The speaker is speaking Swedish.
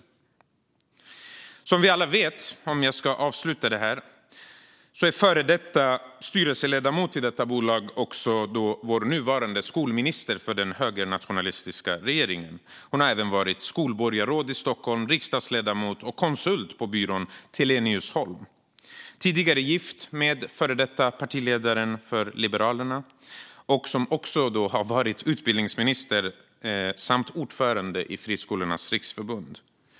För att nu avsluta det här: Som vi alla vet är en före detta styrelseledamot i detta bolag också vår nuvarande skolminister för den högernationalistiska regeringen. Hon har även varit skolborgarråd i Stockholm, riksdagsledamot och konsult på byrån Tenelius Holm. Hon var tidigare gift med en före detta partiledare för Liberalerna, som också har varit utbildningsminister samt ordförande i Friskolornas riksförbund.